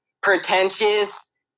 pretentious